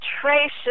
traces